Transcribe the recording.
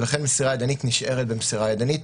ולכן מסירה ידנית נשארת במסירה ידנית,